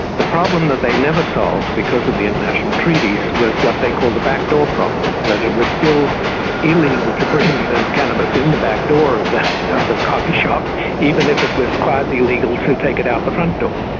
the problem that they never solved, because of the international treaties, was what they call the back door problem that it was still illegal to bring the cannabis in the back door of the of the coffee shop even if it was quasi-legal to take it out the front door.